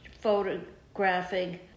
photographing